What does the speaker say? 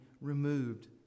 removed